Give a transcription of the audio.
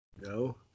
no